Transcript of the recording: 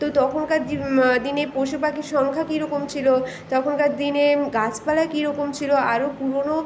তো তখনকার জীবন দিনে পশুপাখি সংখ্যা কীরকম ছিল তখনকার দিনে গাছপালা কীরকম ছিল আরও পুরনো